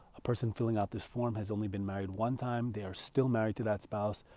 a person filling out this form has only been married one time. they are still married to that spouse.